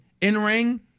in-ring